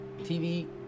TV